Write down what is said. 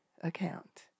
account